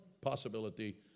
possibility